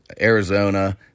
Arizona